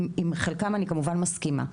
עם חלקם אני כמובן מסכימה,